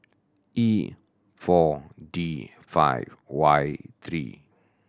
E Four D five Y three